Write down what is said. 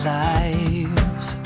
lives